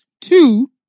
two